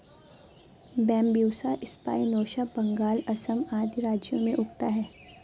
Bambusa spinosa Bengal, Assam आदि राज्यों में उगता है